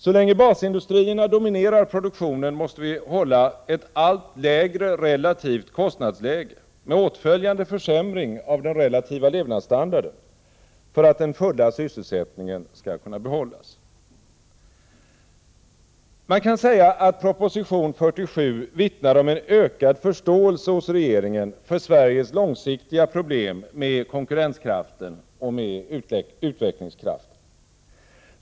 Så länge basindustrierna dominerar produktionen måste vi hålla ett allt lägre relativt kostnadsläge — med åtföljande försämring av den relativa levnadsstandarden — för att den fulla sysselsättningen skall kunna behållas. Man kan säga att proposition 47 vittnar om en ökad förståelse hos regeringen för Sveriges långsiktiga problem med konkurrenskraften och med utvecklingskraften.